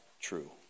true